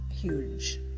huge